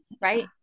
Right